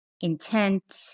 intent